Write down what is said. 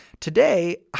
Today